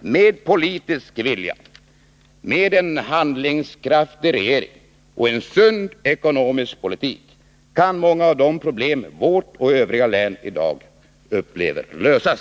Med politisk vilja, en handlingskraftig regering och en sund ekonomisk politik kan många av de problem vårt och övriga län i dag upplever lösas.